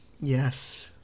Yes